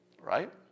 Right